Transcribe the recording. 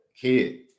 kid